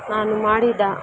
ನಾನು ಮಾಡಿದ